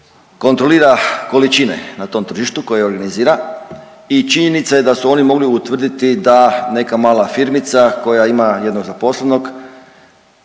kontrolira količine na tom tržištu koje organizira i činjenica je da su oni mogli utvrditi da neka mala firmica koja ima jednog zaposlenog